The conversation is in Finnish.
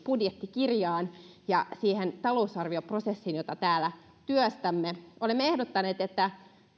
budjettikirjaan ja siihen talousarvioprosessiin jota täällä työstämme olemme ehdottaneet että